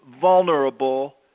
vulnerable